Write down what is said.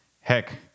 Heck